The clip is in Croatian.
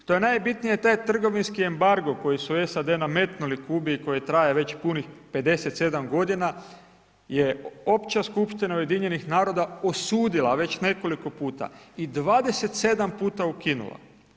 Što je najbitnije taj trgovinski embargo koji su SAD nametnuli Kubi i koji traje već punih 57 godina je Opća skupština Ujedinjenih naroda osudila već nekoliko puta i 27 puta ukinula.